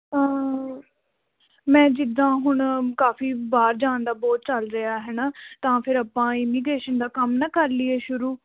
ਮੈਂ ਜਿੱਦਾਂ ਹੁਣ ਕਾਫੀ ਬਾਹਰ ਜਾਣ ਦਾ ਬਹੁਤ ਚੱਲ ਰਿਹਾ ਹੈ ਨਾ ਤਾਂ ਫਿਰ ਆਪਾਂ ਇਮੀਗਰੇਸ਼ਨ ਦਾ ਕੰਮ ਨਾ ਕਰ ਲਈਏ ਸ਼ੁਰੂ